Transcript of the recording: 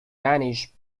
danish